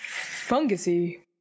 fungusy